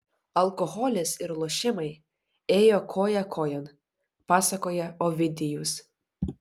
alkoholis ir lošimai ėjo koja kojon pasakoja ovidijus